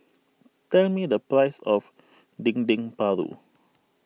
tell me the price of Dendeng Paru